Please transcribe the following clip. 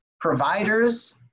providers